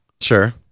sure